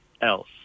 else